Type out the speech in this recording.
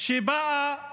כשבאה